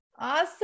Awesome